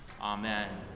Amen